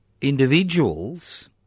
individuals